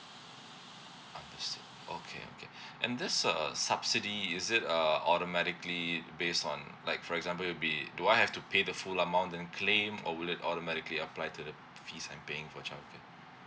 understood okay okay and this err subsidy is it err automatically base one like for example it'll be do I have to pay the full amount then claim or would it automatically apply to the fees and paying for childcare